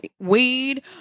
weed